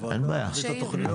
נביא את התוכניות בצורה מפורטת.